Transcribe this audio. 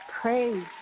Praise